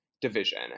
division